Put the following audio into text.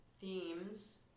themes